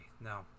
No